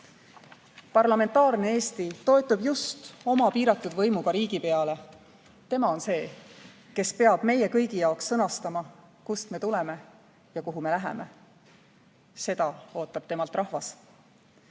Parlamentaarne Eesti toetub just oma piiratud võimuga riigipeale. Tema on see, kes peab meie kõigi jaoks sõnastama, kust me tuleme ja kuhu me läheme. Seda ootab temalt rahvas.